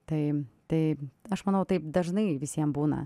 tai tai aš manau taip dažnai visiem būna